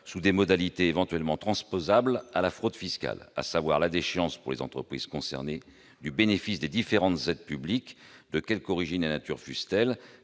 sous des modalités éventuellement transposables à la fraude fiscale, à savoir la déchéance pour les entreprises concernées du bénéfice des différentes aides publiques, de quelque origine et nature fussent-elles,